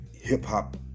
hip-hop